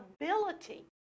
ability